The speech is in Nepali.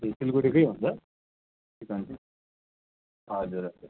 ए सिलगडीकै हुन्छ चिकन ता हजुर हजुर